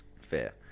Fair